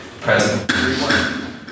present